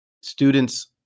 students